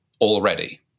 already